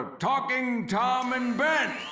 talking tom and ben!